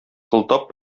кылтап